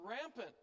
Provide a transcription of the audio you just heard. rampant